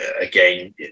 again